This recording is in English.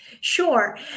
Sure